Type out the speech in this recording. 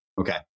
Okay